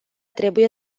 trebuie